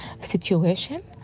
situation